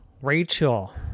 rachel